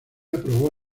aprobó